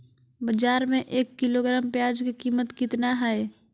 बाजार में एक किलोग्राम प्याज के कीमत कितना हाय?